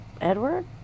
Edward